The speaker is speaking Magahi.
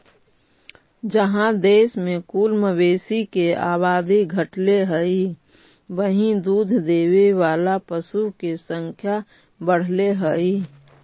जहाँ देश में कुल मवेशी के आबादी घटले हइ, वहीं दूध देवे वाला पशु के संख्या बढ़ले हइ